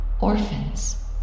Orphans